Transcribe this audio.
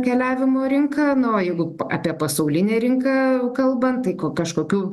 keliavimo rinką na o jeigu apie pasaulinę rinką kalbant tai ko kažkokių